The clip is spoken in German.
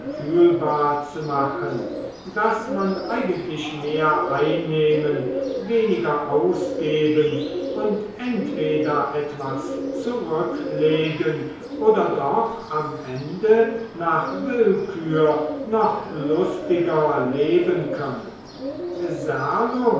fühlbar zu machen daß man eigentlich mehr einnehmen weniger ausgeben und entweder etwas zurücklegen oder doch am ende nach willkür noch lustiger leben könne